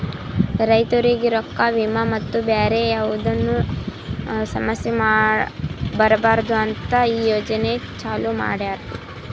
ರೈತುರಿಗ್ ರೊಕ್ಕಾ, ವಿಮಾ ಮತ್ತ ಬ್ಯಾರೆ ಯಾವದ್ನು ಸಮಸ್ಯ ಬರಬಾರದು ಅಂತ್ ಈ ಯೋಜನೆ ಚಾಲೂ ಮಾಡ್ಯಾರ್